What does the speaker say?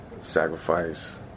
sacrifice